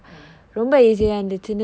oh